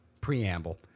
preamble